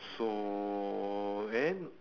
so then